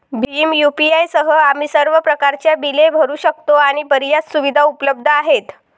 Bhim UPI सह, आम्ही सर्व प्रकारच्या बिले भरू शकतो आणि बर्याच सुविधा उपलब्ध आहेत